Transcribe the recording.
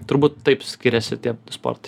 turbūt taip skiriasi tie sportai